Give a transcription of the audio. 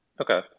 Okay